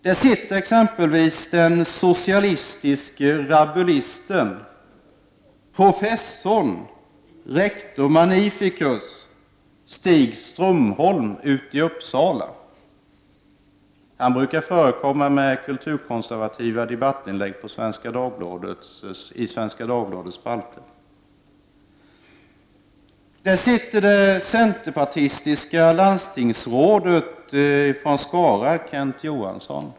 Där sitter exempelvis den socialistiske rabulisten professorn rector magnificus Stig Strömholm från Uppsala. Han brukar förekomma med kulturkonservativa debattinlägg i Svenska Dagbladets spalter. Där sitter det centerpartiska landstingsrådet Kent Johansson från Skara.